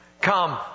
come